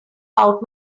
out